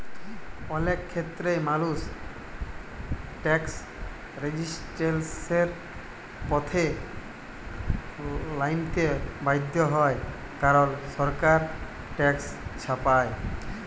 অলেক খ্যেত্রেই মালুস ট্যাকস রেজিসট্যালসের পথে লাইমতে বাধ্য হ্যয় কারল সরকার ট্যাকস চাপায়